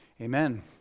amen